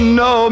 no